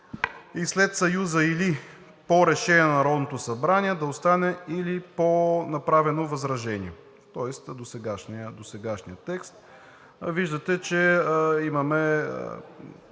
1: след съюза „или по решение на Народното събрание“ да остане „или по направено възражение“, тоест досегашният текст. Виждате, че имаме,